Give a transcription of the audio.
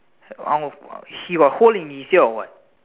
I want he got hole in his ear or what